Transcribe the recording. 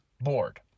board